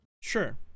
sure